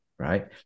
right